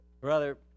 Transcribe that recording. Brother